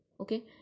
Okay